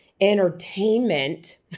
entertainment